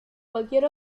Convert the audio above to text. cualquier